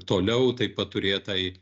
toliau taip pat turėtai